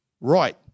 right